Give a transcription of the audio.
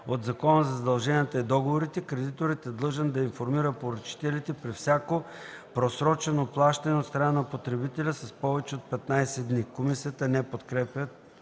от Закона за задълженията и договорите, кредиторът е длъжен да информира поръчителите при всяко просрочено плащане от страна на потребителя с повече от 15 дни.” Комисията не подкрепя